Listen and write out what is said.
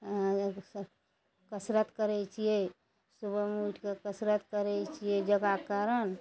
कसरत करय छियै सुबहमे उठि कऽ कसरत करय छियै योगाके कारण